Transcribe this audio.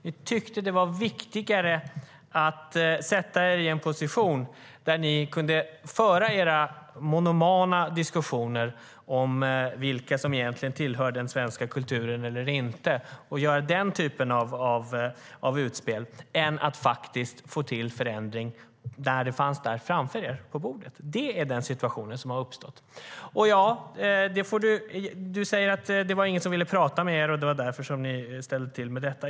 Ni tyckte att det var viktigare att sätta er i en position där ni kunde föra era monomana diskussioner om vilka som egentligen tillhör den svenska kulturen eller inte och göra den typen av utspel än att faktiskt få till en förändring. Det fanns där framför er på bordet. Det är den situation som har uppstått. Du säger att ingen ville prata med er, Magnus Persson, och att det var därför ni ställde till med detta.